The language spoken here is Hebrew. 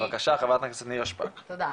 חברת הכנסת נירה שפק, בבקשה.